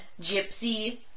gypsy